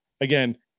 Again